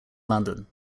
london